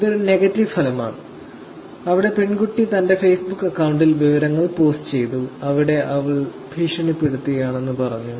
ഇതൊരു നെഗറ്റീവ് ഫലമാണ് അവിടെ പെൺകുട്ടി തന്റെ ഫേസ്ബുക്ക് അക്കൌണ്ടിൽ വിവരങ്ങൾ പോസ്റ്റ് ചെയ്തു അവിടെ അവൾ ഭീഷണിപ്പെടുത്തുകയാണെന്നു പറഞ്ഞു